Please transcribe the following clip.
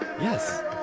Yes